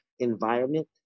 environment